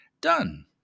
Done